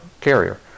carrier